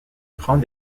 prend